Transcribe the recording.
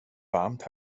varmt